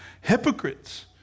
hypocrites